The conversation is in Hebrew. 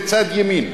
בצד ימין,